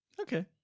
Okay